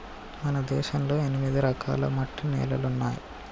మన దేశంలో ఎనిమిది రకాల మట్టి నేలలున్నాయి